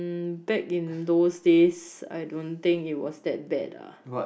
back in those days I don't think it was that bad ah